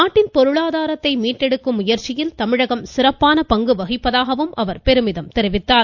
நாட்டின் பொருளாதாரத்தை மீட்டெடுக்கும் முயற்சியில் தமிழகம் சிறப்பான பங்கு வகிப்பதாக அவர் பெருமிதம் தெரிவித்தார்